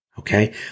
Okay